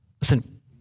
Listen